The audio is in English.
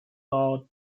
lords